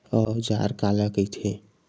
औजार काला कइथे?